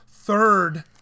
Third